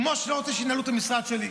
כמו שאני לא רוצה שינהלו את המשרד שלי.